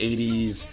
80s